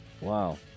Wow